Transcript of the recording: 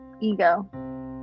ego